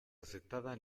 aceptada